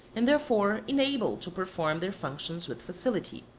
and therefore enabled to perform their functions with facility.